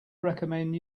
recommend